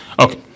Okay